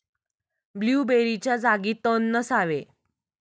ब्लूबेरीच्या जागी तण नसावे